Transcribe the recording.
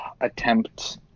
attempt